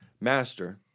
Master